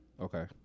Okay